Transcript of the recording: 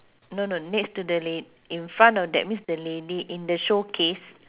no no next to the lad~ in front of that means the lady in the showcase